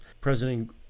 President